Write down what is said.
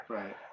right